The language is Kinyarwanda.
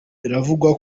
biravugwa